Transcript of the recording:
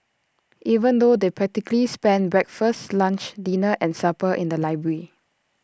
even though they practically spent breakfast lunch dinner and supper in the library